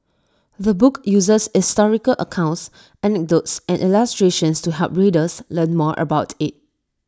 the book uses historical accounts anecdotes and illustrations to help readers learn more about IT